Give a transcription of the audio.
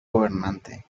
gobernante